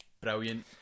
brilliant